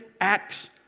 acts